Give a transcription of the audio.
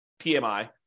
PMI